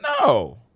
no